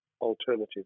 alternative